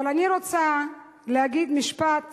אבל אני רוצה להגיד משפט